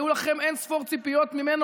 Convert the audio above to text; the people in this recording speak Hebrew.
היו לכם אין-ספור ציפיות ממנו.